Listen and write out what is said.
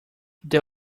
that